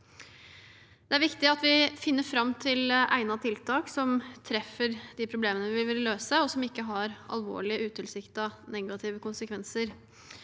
Det er viktig at vi finner fram til egnede tiltak som treffer de problemene vi vil løse, og som ikke har alvorlige og utilsiktede negative konsekvenser.